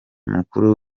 mukuru